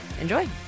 enjoy